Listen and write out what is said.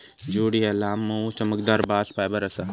jute ह्या लांब, मऊ, चमकदार बास्ट फायबर आसा